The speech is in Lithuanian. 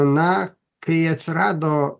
na kai atsirado